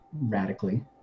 radically